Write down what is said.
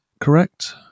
correct